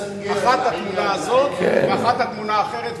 אחת התמונה הזאת ואחת התמונה האחרת,